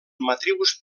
matrius